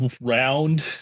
round